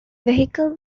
vehicle